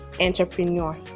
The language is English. entrepreneur